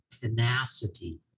tenacity